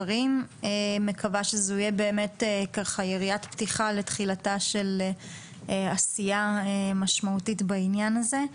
מקווה שזה יהיה יריית פתיחה לתחילתה של עשייה משמעותית בעניין הזה.